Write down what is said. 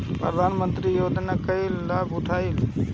प्रधानमंत्री योजना के कईसे लाभ उठाईम?